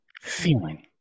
feeling